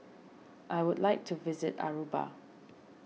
I would like to visit Aruba